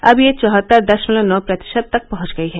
अब यह चौहत्तर दशमलव नौ प्रतिशत तक पहंच गई है